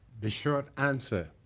the short answer,